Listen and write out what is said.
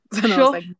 Sure